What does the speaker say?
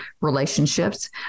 relationships